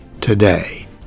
today